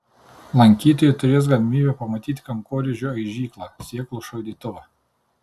lankytojai turės galimybę pamatyti kankorėžių aižyklą sėklų šaldytuvą